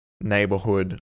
neighborhood